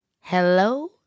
Hello